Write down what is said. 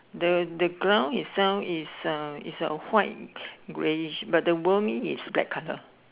the the ground itself is uh is a white grayish but the wormy is black colour